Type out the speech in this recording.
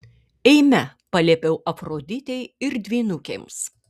eime paliepiau afroditei ir dvynukėms